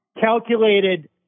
calculated